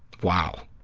wow.